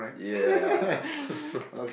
yeah